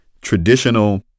traditional